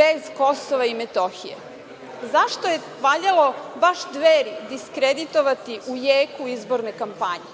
bez KiM. Zašto je valjalo baš Dveri diskreditovati u jeku izborne kampanje?